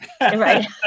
Right